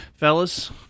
Fellas